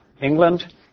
England